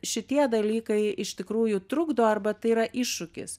šitie dalykai iš tikrųjų trukdo arba tai yra iššūkis